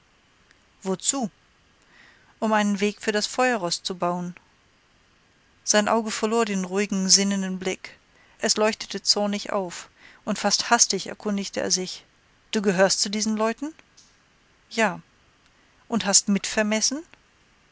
wozu um einen weg für das feuerroß zu bauen sein auge verlor den ruhigen sinnenden blick es leuchtete zornig auf und fast hastig erkundigte er sich du gehörst zu diesen leuten ja und hast mit vermessen